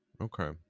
okay